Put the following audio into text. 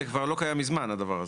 זה כבר לא קיים מזמן, הדבר הזה.